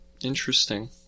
Interesting